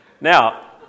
Now